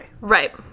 right